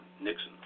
Nixon